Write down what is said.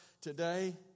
today